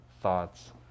thoughts